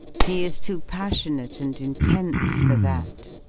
he is too passionate and intense for that.